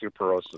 osteoporosis